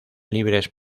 libres